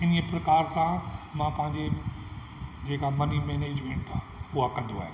हिन प्रकार सां मां पंहिंजे जेका मनी मेनेजमेंट आहे उहा कंदो आहियां